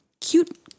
cute